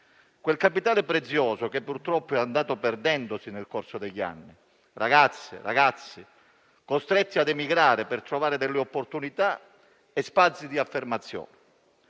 Un capitale prezioso che purtroppo è andato perdendosi nel corso degli anni: ragazze e ragazzi costretti ad emigrare per trovare delle opportunità e spazi di affermazione.